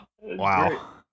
Wow